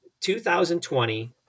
2020